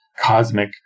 cosmic